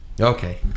Okay